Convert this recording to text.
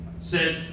says